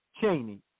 Cheney